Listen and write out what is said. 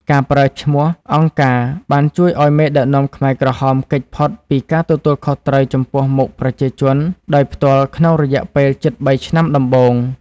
ការប្រើឈ្មោះ «អង្គការ» បានជួយឱ្យមេដឹកនាំខ្មែរក្រហមគេចផុតពីការទទួលខុសត្រូវចំពោះមុខប្រជាជនដោយផ្ទាល់ក្នុងរយៈពេលជិត ៣ ឆ្នាំដំបូង។